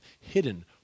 hidden